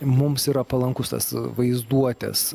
mums yra palankus tas vaizduotės